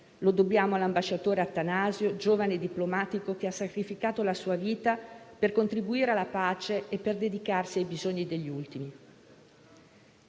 Lo dobbiamo all'ambasciatore Attanasio, giovane diplomatico che ha sacrificato la sua vita per contribuire alla pace e per dedicarsi ai bisogni degli ultimi.